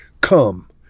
come